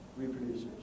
Reproducers